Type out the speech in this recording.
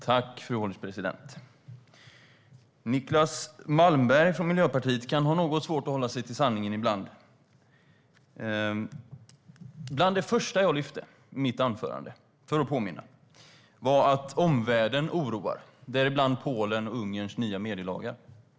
Fru ålderspresident! Niclas Malmberg från Miljöpartiet kan ha något svårt att hålla sig till sanningen ibland. För att påminna vill jag säga att bland det första jag lyfte fram i mitt anförande var att omvärlden oroar, däribland Polens och Ungerns nya medielagar.